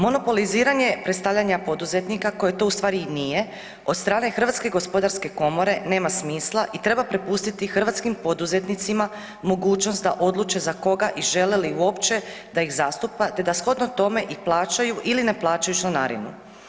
Monopoliziranje predstavljanja poduzetnika koje to u stvari i nje od strane Hrvatske gospodarske komore nema smisla i treba prepustiti hrvatskim poduzetnicima mogućnost da odluče za koga i žele li uopće da iz zastupa te da shodno tome i plaćaju ili ne plaćaju članarinu.